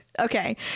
okay